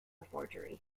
forgery